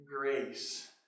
grace